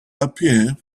appear